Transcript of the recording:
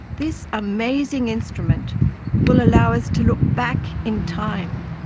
this amazing instrument will allow us to look back in time.